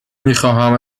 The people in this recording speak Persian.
میخواهم